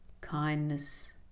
kindness